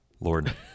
Lord